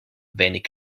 wenig